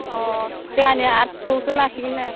अ जोंहानिया आर्ट्सआवसो लासिगोननो